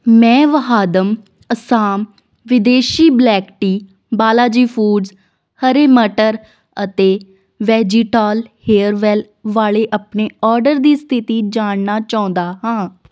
ਮੈਂ ਵਹਾਦਮ ਅਸਾਮ ਵਿਦੇਸ਼ੀ black tea Balaji foods ਹਰੇ ਮਟਰ ਅਤੇ ਵੈਜੀਟਾਲ ਹੇਅਰਵੈੱਲ ਵਾਲੇ ਆਪਣੇ ਔਡਰ ਦੀ ਸਥਿਤੀ ਜਾਣਨਾ ਚਾਹੁੰਦਾ ਹਾਂ